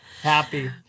happy